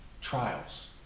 trials